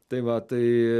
tai va tai